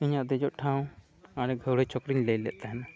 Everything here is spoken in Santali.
ᱤᱧᱟᱹᱜ ᱫᱮᱡᱚᱜ ᱴᱷᱟᱶ ᱦᱟᱱᱮ ᱜᱷᱟᱹᱣᱲᱟᱹ ᱪᱚᱠᱨᱤᱧ ᱞᱟᱹᱭᱞᱮᱫ ᱛᱟᱦᱮᱱᱟ